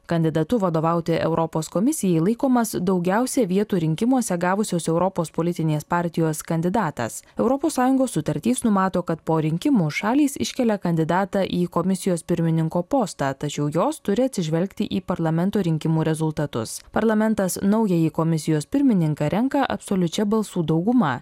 kandidatu vadovauti europos komisijai laikomas daugiausia vietų rinkimuose gavusios europos politinės partijos kandidatas europos sąjungos sutartys numato kad po rinkimų šalys iškelia kandidatą į komisijos pirmininko postą tačiau jos turi atsižvelgti į parlamento rinkimų rezultatus parlamentas naująjį komisijos pirmininką renka absoliučia balsų dauguma